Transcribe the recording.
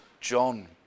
John